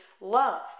love